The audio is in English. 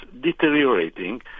deteriorating